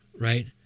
right